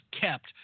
kept